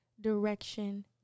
direction